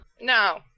No